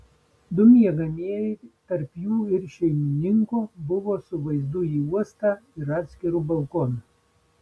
du miegamieji tarp jų ir šeimininko buvo su vaizdu į uostą ir atskiru balkonu